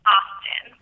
Austin